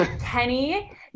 Kenny